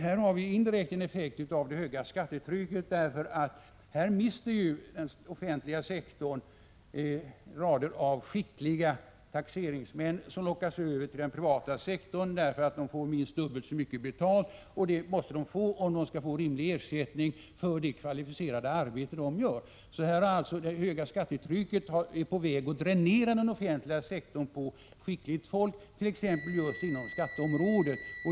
Här har vi en indirekt effekt av det höga skattetrycket. Den offentliga sektorn mister rader av skickliga taxeringsmän som lockas över till den privata sektorn därför att de får minst dubbelt så mycket betalt där. Och det måste de få om de skall få rimlig ersättning för det kvalificerade arbete de utför. Det höga skattetrycket är alltså på väg att dränera den offentliga sektorn på skickligt folk, t.ex. just inom skatteområdet.